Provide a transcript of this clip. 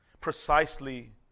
precisely